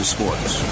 Sports